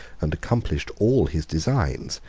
and accomplished all his designs,